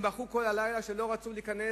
הם בכו כל הלילה כי לא רצו להיכנס,